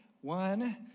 One